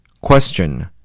Question